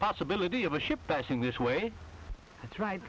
possibility of a ship passing this way it's right